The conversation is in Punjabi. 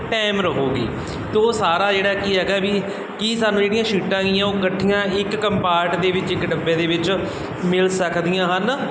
ਟਾਈਮ ਰਹੇਗੀ ਅਤੇ ਉਹ ਸਾਰਾ ਜਿਹੜਾ ਕੀ ਹੈਗਾ ਵੀ ਕੀ ਸਾਨੂੰ ਜਿਹੜੀਆਂ ਸੀਟਾਂ ਹੈਗੀਆਂ ਉਹ ਇਕੱਠੀਆਂ ਇੱਕ ਕੰਪਾਰਟ ਦੇ ਵਿੱਚ ਇੱਕ ਡੱਬੇ ਦੇ ਵਿੱਚ ਮਿਲ ਸਕਦੀਆਂ ਹਨ